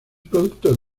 productos